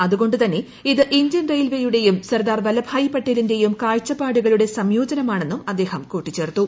അതുകൊണ്ടുതന്നെ ഇത് ഇന്ത്യൻ റെയിൽവേയുടേയും സർദാർ വല്ലഭായ് പട്ടേലിന്റേയും കാഴ്ചപ്പാടുകളുടെ സംയോജനമാണെന്നും അദ്ദേഹം കൂട്ടിച്ചേർത്തു